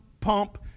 pump